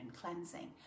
cleansing